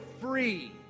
free